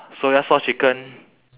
soya sauce chicken